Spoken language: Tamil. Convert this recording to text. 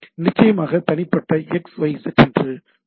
நிச்சயமாக தனிப்பட்ட xyz என்று கூறுகிறார்